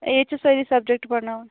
ییٚتہِ چھِ سأری سَبٕجیکٹ پَرٕناوان